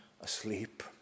asleep